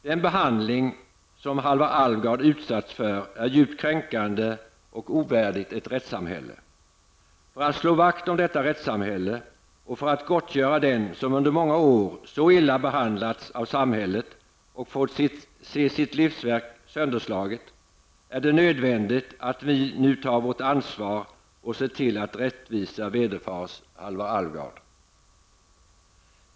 Den behandling som Halvar Alvgard utsatts för är djupt kränkande och ovärdig ett rättssamhälle. För att slå vakt om detta rättssamhälle och för att gottgöra den som under många år så illa behandlats av samhället och fått se sitt livsverk sönderslaget är det nödvändigt att vi nu tar vårt ansvar och ser till att rättvisa vederfars Halvar Alvgard.